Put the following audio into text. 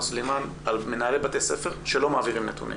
סלימאן על מנהלי בתי ספר שלא מעבירים נתונים.